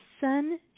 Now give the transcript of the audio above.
sun